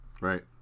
Right